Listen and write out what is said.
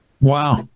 wow